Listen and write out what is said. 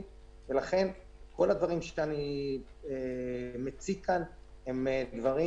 ולכן כל הדברים שאני מציג כאן הם דברים